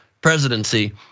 presidency